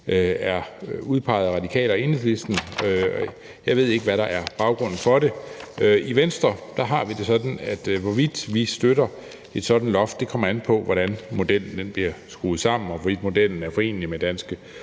er udpeget af Radikale og Enhedslisten. Jeg ved ikke, hvad der er baggrunden for det. I Venstre har vi det sådan, at hvorvidt vi støtter et sådant loft, kommer an på, hvordan modellen bliver skruet sammen, og hvorvidt modellen er forenelig med danske